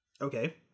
Okay